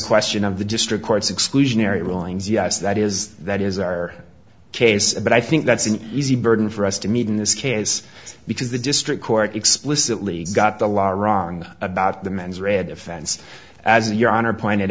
question of the district courts exclusionary rulings yes that is that is our case but i think that's an easy burden for us to meet in this case because the district court explicitly got the law wrong about the men's read offense as your honor pointed